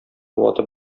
ватып